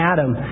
Adam